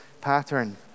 pattern